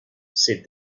said